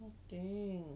what thing